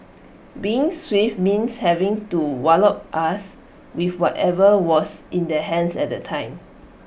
being swift means having to wallop us with whatever was in their hands at the time